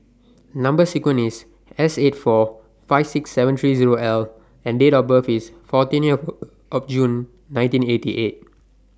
Number sequence IS S eight four five six seven three Zero L and Date of birth IS fourteenth June nineteen eighty eight